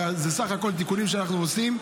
ואלו בסך הכול תיקונים שאנחנו עושים.